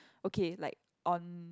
okay like on